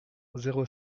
zéro